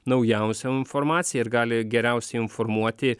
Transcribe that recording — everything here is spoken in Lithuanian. naujausią informaciją ir gali geriausiai informuoti